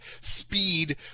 speed